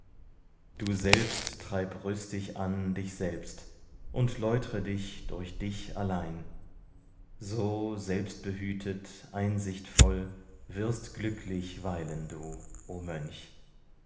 du selbst treib rüstig an dich selbst und läutre dich durch dich allein so selbstbehütet einsichtvoll wirst glücklich weilen du o mönch